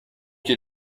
pied